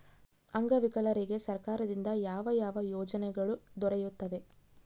ಅಂಗವಿಕಲರಿಗೆ ಸರ್ಕಾರದಿಂದ ಯಾವ ಯಾವ ಯೋಜನೆಗಳು ದೊರೆಯುತ್ತವೆ?